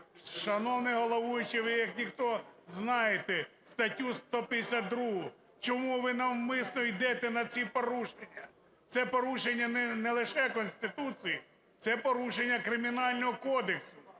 Шановний головуючий, ви як ніхто знаєте статтю 152. Чому ви навмисно йдете на ці порушення? Це порушення не лише Конституції - це порушення Кримінального кодексу.